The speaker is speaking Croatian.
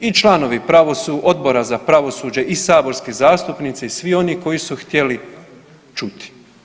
I članovi Odbora za pravosuđe i saborski zastupnici i svi oni koji su htjeli čuti.